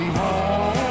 home